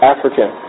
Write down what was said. African